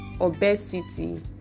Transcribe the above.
obesity